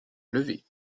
levée